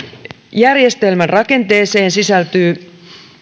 järjestelmän rakenteeseen sisältyy